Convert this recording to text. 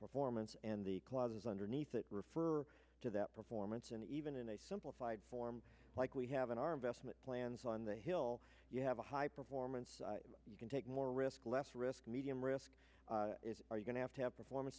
performance and the clauses underneath it refer to that performance and even in a simplified form like we have in our investment plans on the hill you have a high performance you can take more risk less risk medium risk is are you going to have to have performance